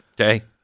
Okay